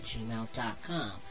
gmail.com